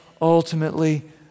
ultimately